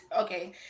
Okay